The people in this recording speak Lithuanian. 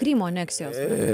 krymo aneksijos metu